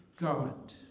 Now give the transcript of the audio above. God